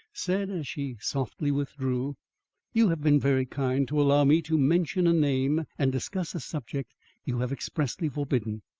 said as she softly withdrew you have been very kind to allow me to mention a name and discuss a subject you have expressly forbidden.